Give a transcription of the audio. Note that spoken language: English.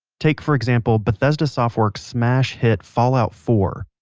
take, for example, bethesda softworks' smash-hit fallout four.